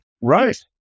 Right